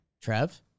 Trev